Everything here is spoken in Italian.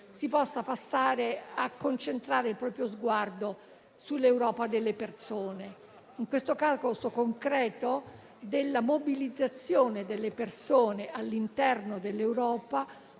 si possa passare a concentrare il proprio sguardo sull'Europa delle persone, in questo caso concreto sulla mobilizzazione delle persone al suo interno, come